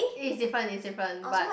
it is different is different but